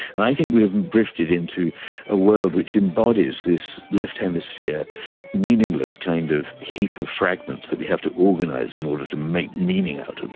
and i think we've drifted into a world which embodies this left hemisphere meaningless kind of heap of fragments that we have to organise in order to make meaning out of the